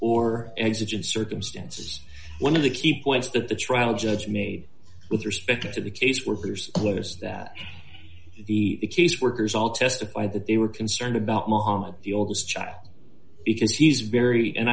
of circumstances one of the key points that the trial judge made with respect to the caseworkers clothes that the caseworkers all testify that they were concerned about muhammad the oldest child because he's very and